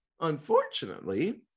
Unfortunately